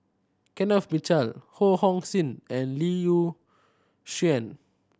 Kenneth Mitchell Ho Hong Sing and Lee Shyan